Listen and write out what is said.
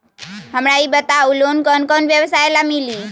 हमरा ई बताऊ लोन कौन कौन व्यवसाय ला मिली?